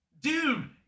dude